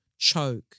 Choke